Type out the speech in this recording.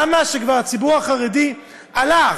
למה כשכבר הציבור החרדי הלך,